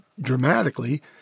dramatically